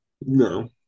No